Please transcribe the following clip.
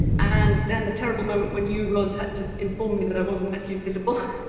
and then the terrible moment when you, ros, had to inform me that i wasn't actually visible.